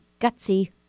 gutsy